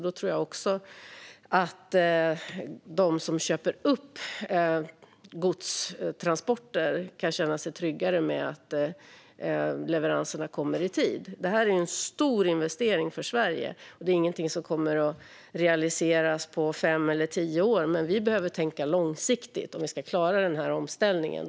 Då tror jag också att de som köper upp godstransporter kan känna sig tryggare med att leveranserna kommer i tid. Detta är en stor investering för Sverige, och det är ingenting som kommer att realiseras på fem eller tio år, men vi behöver tänka långsiktigt om vi ska klara omställningen.